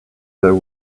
there